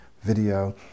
video